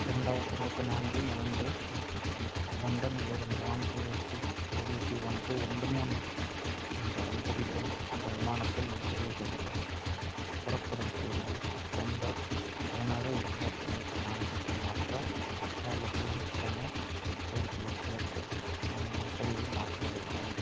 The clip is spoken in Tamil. இரண்டாயிரத்தி இருபத்தி நான்கு மூன்று எட்டுக்கு லண்டனிலிருந்து வான்கூவர்க்கு ஏபிசி ஒன்று இரண்டு மூன்று என்ற முன்பதிவு எண் கொண்ட விமானத்தை முன்பதிவு செய்துள்ளேன் புறப்படும் தேதியை செப்டம்பர் பதினாறு இரண்டாயிரத்தி இருபத்தி நான்குக்கு மாற்ற எக்ஸ்ட்ரா லெக் ரூம்க்கான கோரிக்கையைச் சேர்க்க எனது முன்பதிவை மாற்ற வேண்டும்